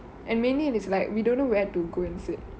and mainly is like we don't know where to go and sit